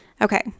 okay